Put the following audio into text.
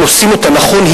אם עושים אותה נכון,